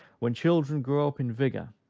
when children grow up in vigor,